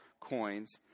coins